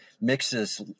mixes